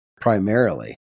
primarily